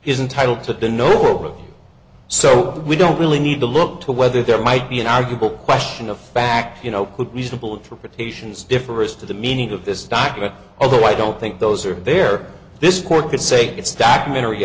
normal so we don't really need to look to whether there might be an arguable question of fact you know put reasonable interpretations differ as to the meaning of this document although i don't think those are there this court could say it's documentary